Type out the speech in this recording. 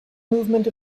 movement